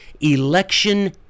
election